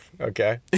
Okay